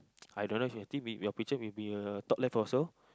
I don't know if you have your picture maybe uh top left also